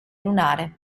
lunare